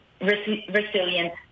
resilient